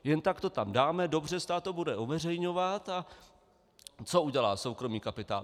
Jen tak to tam dáme, dobře, stát to bude uveřejňovat a co udělá soukromý kapitál?